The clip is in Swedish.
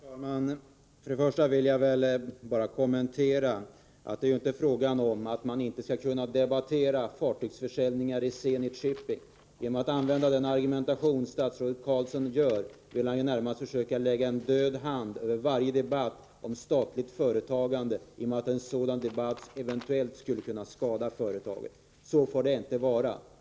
Herr talman! Till att börja med vill jag bara göra den kommentaren att det inte är fråga om att man inte skall kunna debattera fartygsförsäljningar från Zenit Shipping. Med sin argumentation vill statsrådet Carlsson närmast försöka lägga en död hand över varje debatt om statligt företagande, med hänvisning till att en sådan debatt eventuellt skulle kunna skada företagen. Så får det inte vara.